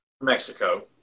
Mexico